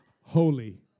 Holy